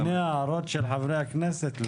לפני ההערות של חברי הכנסת?